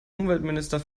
umweltminister